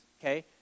okay